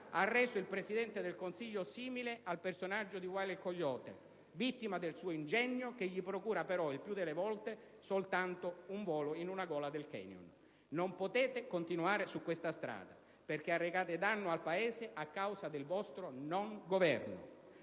ha reso il Presidente del Consiglio simile al personaggio di Wile E. Coyote, vittima del suo ingegno, che gli procura però, il più delle volte, soltanto un volo nella gola di un *canyon*. Non potete continuare su questa strada, perché arrecate danno al Paese a causa del vostro non governo: